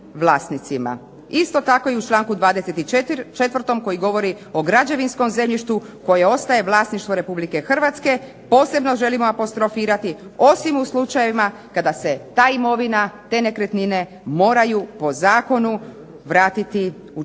Isto tako i u članku 24. koji govori o građevinskom zemljištu koje ostaje vlasništvo Republike Hrvatske. Posebno želimo apostrofirati osim u slučajevima kada se ta imovina, te nekretnine moraju po zakonu vratiti temeljem